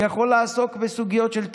יכול לעסוק בסוגיות של תכנון.